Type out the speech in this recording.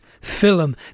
film